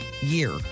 year